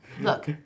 Look